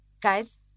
Guys